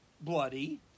bloody